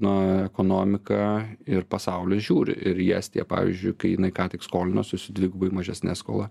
na ekonomika ir pasaulis žiūri ir į estiją pavyzdžiui kai jinai ką tik skolinosi su dvigubai mažesne skola